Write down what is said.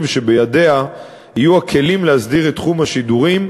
ובידיה יהיו הכלים להסדיר את תחום השידורים,